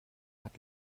hat